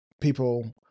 people